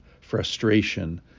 frustration